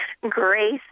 grace